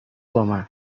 بامن